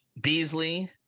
Beasley